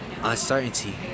uncertainty